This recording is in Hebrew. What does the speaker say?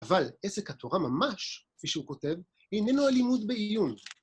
אבל עסק התורה ממש, כפי שהוא כותב, איננו הלימוד בעיון.